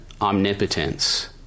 omnipotence